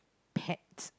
pet